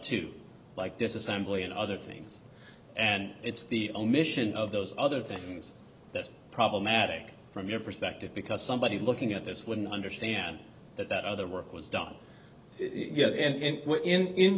too like disassembly and other things and it's the omission of those other things that are problematic from your perspective because somebody looking at this wouldn't understand that that other work was done yes and